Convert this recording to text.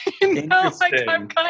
Interesting